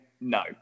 no